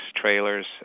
trailers